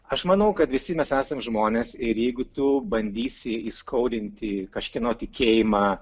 aš manau kad visi mes esam žmonės ir jeigu tu bandysi įskaudinti kažkieno tikėjimą